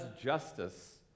justice